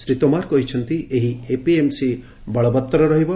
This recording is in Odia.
ଶ୍ରୀ ତୋମାର କହିଛନ୍ତି ଏହି ଏପିଏମ୍ସି ବଳବତ୍ତର ରହିବ